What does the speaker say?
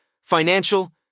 financial